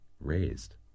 raised